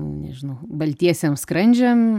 nežinau baltiesiem skrandžiam